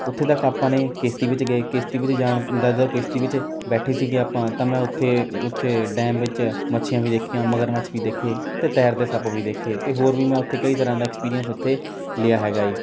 ਉੱਥੇ ਤੱਕ ਆਪਾਂ ਨੇ ਕਿਸ਼ਤੀ ਵਿੱਚ ਗਏ ਕਿਸ਼ਤੀ ਵਿੱਚ ਜਾਣ ਦਾ ਜਦੋਂ ਕਿਸ਼ਤੀ ਵਿੱਚ ਬੈਠੇ ਸੀਗੇ ਆਪਾਂ ਤਾਂ ਮੈਂ ਉੱਥੇ ਉੱਥੇ ਡੈਮ ਵਿੱਚ ਮੱਛੀਆਂ ਵੀ ਦੇਖੀਆਂ ਮਗਰਮੱਛ ਵੀ ਦੇਖੇ ਅਤੇ ਤੈਰਦੇ ਸੱਪ ਵੀ ਦੇਖੇ ਅਤੇ ਹੋਰ ਵੀ ਮੈਂ ਉੱਥੇ ਕਈ ਤਰ੍ਹਾਂ ਦਾ ਐਕਸਪੀਰੀਅਸ ਉੱਥੇ ਲਿਆ ਹੈਗਾ ਹੈ